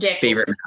Favorite